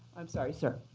i'm sorry, sir.